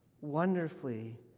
wonderfully